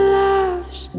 loves